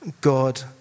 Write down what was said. God